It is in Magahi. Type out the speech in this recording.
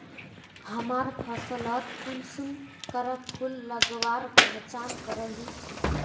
हमरा फसलोत कुंसम करे फूल लगवार पहचान करो ही?